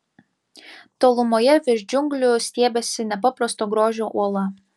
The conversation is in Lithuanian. tolumoje virš džiunglių stiebėsi nepaprasto grožio uola